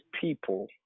people